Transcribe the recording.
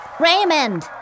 Raymond